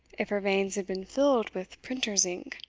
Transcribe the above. if her veins had been filled with printer's ink.